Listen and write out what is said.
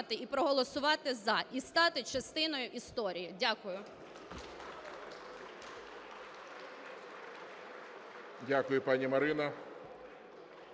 Дякую.